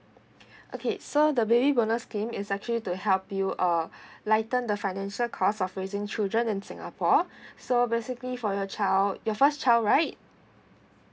okay so the baby bonus scheme is actually to help you uh lighten the financial cost of raising children in singapore so basically for your child your first child right